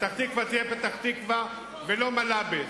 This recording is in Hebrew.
פתח-תקווה תהיה פתח-תקווה ולא מלבס.